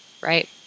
right